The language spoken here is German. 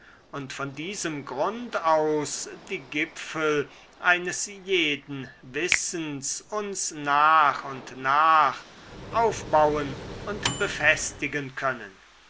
und von diesem grund aus die gipfel eines jeden wissens uns nach und nach aufbauen und befestigen können